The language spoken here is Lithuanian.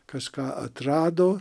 kažką atrado